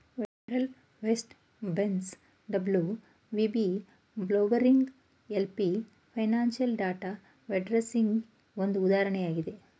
world west base WVB, Bloomberg LP financial data ವೆಂಡರ್ಸ್ಗೆಗೆ ಒಂದು ಉದಾಹರಣೆಯಾಗಿದೆ